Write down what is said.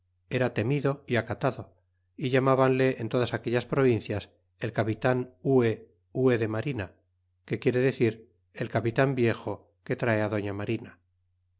era temido y acatado y llarnabanle en todas aquellas provincias el capilan fine hue de marina que quiere decir el capilaa viejo que trae dofía marina